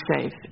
safe